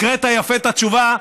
הקראת יפה את התשובה,